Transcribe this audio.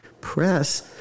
press